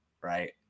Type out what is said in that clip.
Right